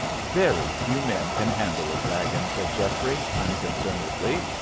very few men can handle a dragon, said geoffrey, unconcernedly,